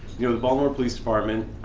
you know the baltimore police department